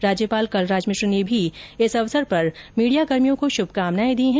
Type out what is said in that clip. राज्यपाल कलराज मिश्र ने भी इस अवसर पर मीडियाकर्मियों को शुभकामनाए दी है